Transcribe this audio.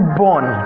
born